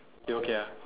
you okay ah